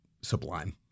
sublime